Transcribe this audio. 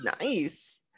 Nice